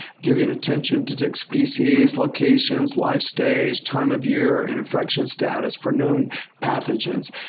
giving attention to tick species, locations, life stage, time of year, and infection status for known pathogens.